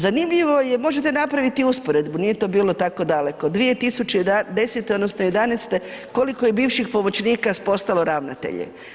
Zanimljivo je, možete napraviti usporedbu, nije to bilo tako daleko, 2010., odnosno, '11. koliko je bivših pomoćnika postalo ravnateljima?